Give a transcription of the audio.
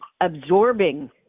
absorbing